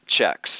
checks